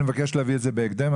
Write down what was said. אני מבקש להביא את זה בהקדם,